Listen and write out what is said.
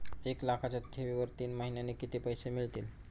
एक लाखाच्या ठेवीवर तीन महिन्यांनी किती पैसे मिळतील?